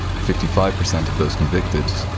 fifty five percent of those convicted,